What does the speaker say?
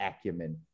acumen